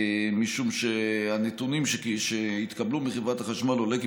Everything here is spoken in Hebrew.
משום שמהנתונים שהתקבלו מחברת החשמל עולה כי